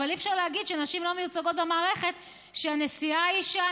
אבל אי-אפשר להגיד שנשים לא מיוצגות במערכת כשהנשיאה היא אישה,